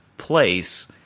place